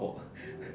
oh